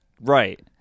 right